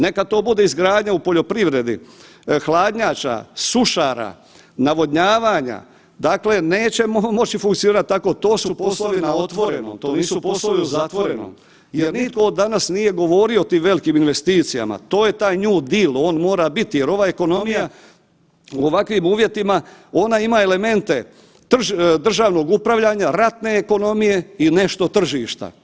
Neka to bude izgradnja u poljoprivredi, hladnjača, sušara, navodnjavanja, dakle nećemo moći funkcionirati tako, to su poslovi na otvorenom, to nisu poslovi na zatvorenom jer nitko danas nije govorio o tim velikim investicijama, to je taj New Deal, on mora biti jer ova ekonomija u ovakvim uvjetima, ona ima elemente državnog upravljanja, ratne ekonomije i nešto tržišta.